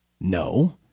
No